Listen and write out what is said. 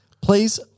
please